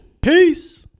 Peace